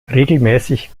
regelmäßig